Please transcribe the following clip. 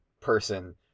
person